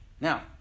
now